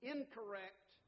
Incorrect